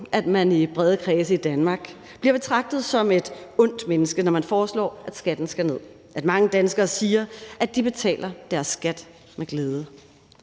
at man i brede kredse i Danmark bliver betragtet som et ondt menneske, når man foreslår, at skatten skal ned. Mange danskere siger, at de betaler deres skat med glæde,